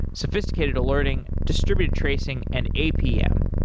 sophisticated alerting, distributed tracing and apm.